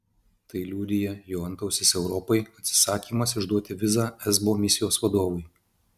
tai liudija jo antausis europai atsisakymas išduoti vizą esbo misijos vadovui